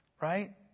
Right